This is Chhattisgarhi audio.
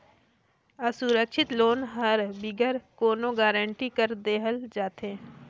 असुरक्छित लोन हर बिगर कोनो गरंटी कर देहल जाथे